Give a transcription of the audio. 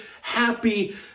happy